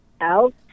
out